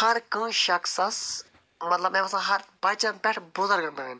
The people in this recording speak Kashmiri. ہر کٲنٛسہِ شخصَس مطلب مےٚ باسان ہَر بچن پٮ۪ٹھ بُزرگن تام